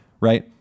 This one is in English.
right